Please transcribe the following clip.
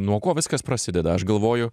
nuo ko viskas prasideda aš galvoju